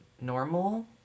normal